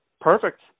Perfect